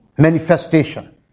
Manifestation